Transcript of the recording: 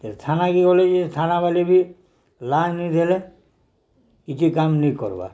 ଫେର୍ ଥାନା କି ଗଲେ ଯେ ଥାନାବାଲେ ବି ଲାଇନ୍ ଦେଲେ କିଛି କାମ ନାଇଁ କର୍ବା